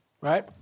right